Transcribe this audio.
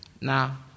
Now